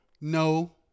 No